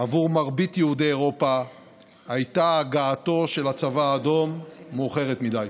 עבור מרבית יהודי אירופה הייתה הגעתו של הצבא האדום מאוחרת מדי.